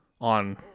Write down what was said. On